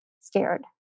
scared